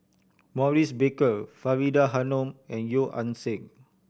Maurice Baker Faridah Hanum and Yeo Ah Seng